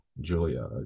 julia